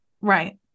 Right